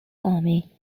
army